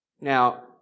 Now